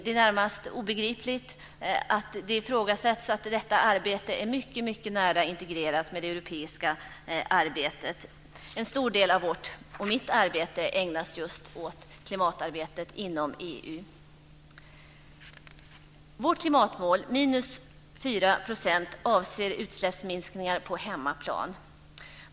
Det är närmast obegripligt att det ifrågasätts att detta är mycket nära integrerat med det europeiska arbetet. En stor del av vårt och just mitt arbete ägnas åt klimatarbetet inom EU. Vårt klimatmål, minus 4 %, avser utsläppsminskningar på hemmaplan.